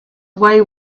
away